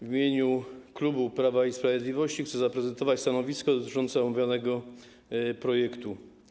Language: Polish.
W imieniu klubu Prawa i Sprawiedliwości chcę zaprezentować stanowisko dotyczące omawianego projektu.